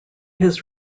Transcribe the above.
his